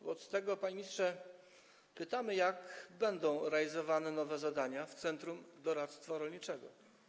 Wobec tego, panie ministrze, pytamy: Jak będą realizowane nowe zadania w Centrum Doradztwa Rolniczego?